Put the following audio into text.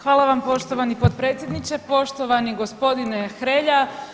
Hvala vam poštovani potpredsjedniče, poštovani gospodine Hrelja.